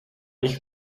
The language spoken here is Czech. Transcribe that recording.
nich